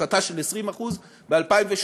הפחתה של 20% ב-2017,